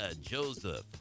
Joseph